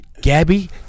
Gabby